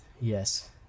Yes